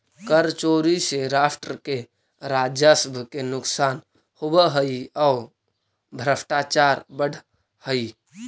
कर चोरी से राष्ट्र के राजस्व के नुकसान होवऽ हई औ भ्रष्टाचार बढ़ऽ हई